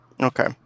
Okay